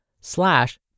slash